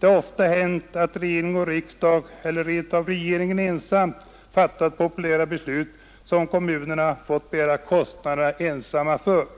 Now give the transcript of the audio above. Det har ofta hänt att regering och riksdag eller rent av regeringen ensam fattat populära beslut, som kommunerna ensamma fått bära kostnaderna för.